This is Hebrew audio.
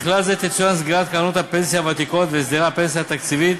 בכלל זה תצוין סגירת קרנות הפנסיה הוותיקות והסדרי הפנסיה התקציבית